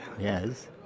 Yes